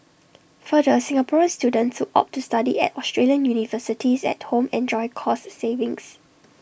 further Singaporean students opt to study at Australian universities at home enjoy cost savings